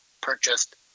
purchased